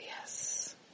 yes